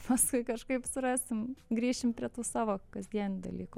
paskui kažkaip surasim grįšim prie tų savo kasdienių dalykų